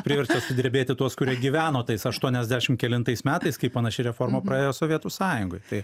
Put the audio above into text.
privertė sudrebėti tuos kurie gyveno tais aštuoniasdešim kelintais metais kai panaši reforma praėjo sovietų sąjungoj tai